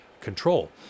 control